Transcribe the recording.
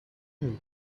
him